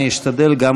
אני אשתדל גם,